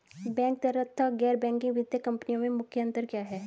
Bank तथा गैर banking वित्तीय कंपनियों में मुख्य अंतर क्या है?